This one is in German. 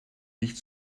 nicht